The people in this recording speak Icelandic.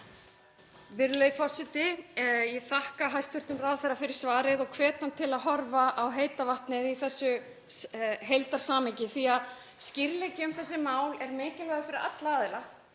Virðulegi forseti. Ég þakka hæstv. ráðherra fyrir svarið og hvet hann til að horfa á heita vatnið í þessu heildarsamhengi því að skýrleiki um þessi mál er mikilvægur fyrir alla aðila.